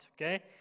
okay